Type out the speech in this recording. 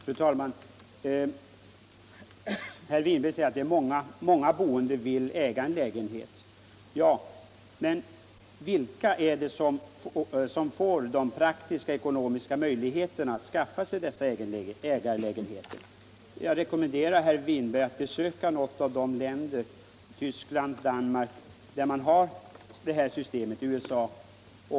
Fru talman! Herr Winberg säger att många boende vill äga sin lägenhet. Men vilka är det som har de ekonomiska möjligheterna att äga lägenheter? Jag rekommenderar herr Winberg att besöka något av de länder — Tyskland, Danmark eller USA — där man har det systemet.